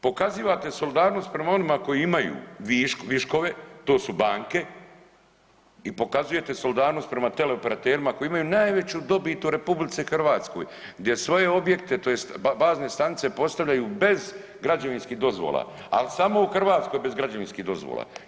Pokazivate solidarnost prema onima koji imaju viškove to su banke i pokazujete solidarnost prema teleoperaterima koji imaju najveću dobit u RH gdje svoje objekte tj. bazne stanice postavljaju bez građevinskih dozvola, ali samo u Hrvatskoj bez građevinskih dozvola.